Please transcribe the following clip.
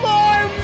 More